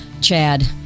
Chad